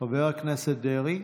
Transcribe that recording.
חבר הכנסת דרעי?